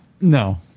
No